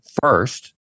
first